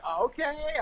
okay